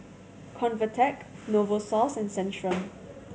Convatec Novosource and Centrum